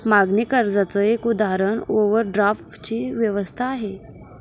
मागणी कर्जाच एक उदाहरण ओव्हरड्राफ्ट ची व्यवस्था आहे